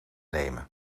nemen